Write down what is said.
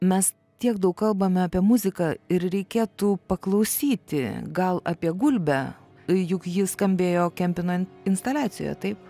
mes tiek daug kalbame apie muziką ir reikėtų paklausyti gal apie gulbę juk ji skambėjo kempino instaliacijoje taip